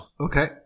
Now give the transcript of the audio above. Okay